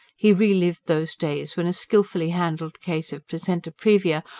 he re-lived those days when a skilfully handled case of placenta previa,